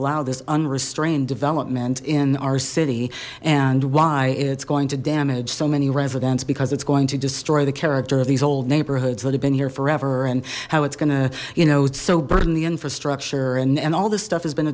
allow this unrestrained development in our city and why it's going to damage so many residents because it's going to destroy the character of these old neighborhoods that have been here forever and how it's gonna you know so burden the infrastructure and and all this stuff has been